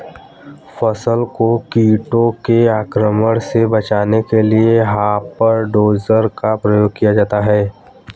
फसल को कीटों के आक्रमण से बचाने के लिए हॉपर डोजर का प्रयोग किया जाता है